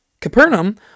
Capernaum